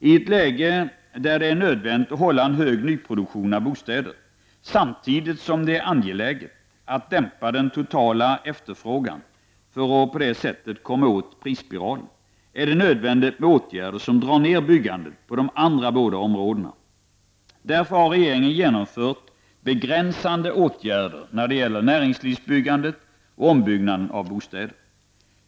I ett läge där det är nödvändigt att hålla en hög nyproduktion av bostäder samtidigt som det är angeläget att dämpa den totala efterfrågan för att på det sättet komma åt prisspiralen är det nödvändigt med åtgärder som drar ner byggandet på de andra båda områdena. Därför har regeringen genomfört begränsande åtgärder när det gäller näringslivsbyggandet och ombyggnader av bostäder.